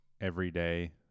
everyday